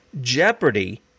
jeopardy